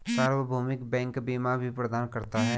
सार्वभौमिक बैंक बीमा भी प्रदान करता है